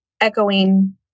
echoing